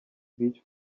beach